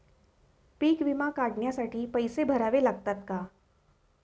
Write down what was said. पीक विमा काढण्यासाठी पैसे भरावे लागतात का?